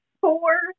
four